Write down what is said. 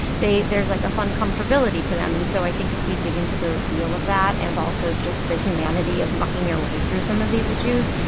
there's like a fun comfortability to them. and so i think if we dig into the real of that and also just the humanity of mucking your way through some of these issues,